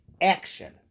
action